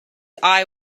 eye